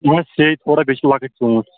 نہَ حظ سیٚے چھِ تھوڑا بیٚیہِ چھِ لۄکٕٹۍ ژوٗنٛٹھۍ